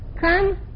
come